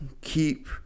keep